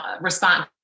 respond